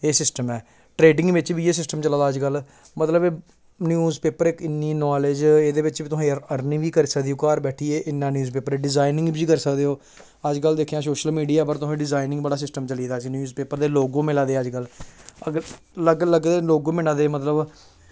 एह् सिस्टम ऐ ट्रेडिंग बिच बी इ'यै सिस्टम चला दा अज्ज कल मतलब न्यूज़ पेपर इक इ'न्नी नॉलेज एह्दे बिच बी तुसें अर्निंग बी करी सकदे घर बैठियै इ'न्ना न्यूज़ पेपर गी डिज़ाइनिंग बी करी सकदे हो अज्ज कल दिक्खेआं सोशल मीडिया पर तुसें डिजाइनिंग आह्ला बड़ा सिस्टम चली दा न्यूज़ पेपर दे लोगो मिला दे अज्ज कल अलग अलग लोगो मिला दे मतलब